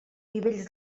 nivells